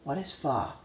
!wah! that's far